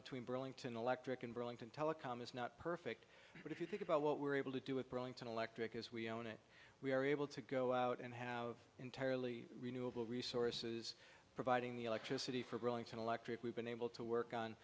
between burlington electric and burlington telecom it's not perfect but if you think about what we're able to do it brings an electric as we own it we are able to go out and have entirely renewable resources providing the electricity for growing and electric we've been able to work on